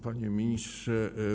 Panie Ministrze!